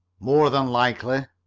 more than likely.